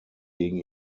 gegen